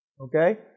Okay